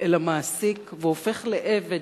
אל המעסיק והופך לעבד,